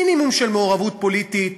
מינימום של מעורבות פוליטית,